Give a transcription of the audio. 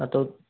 हाँ तो